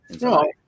No